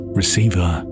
receiver